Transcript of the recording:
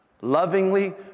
Lovingly